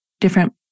different